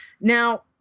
Now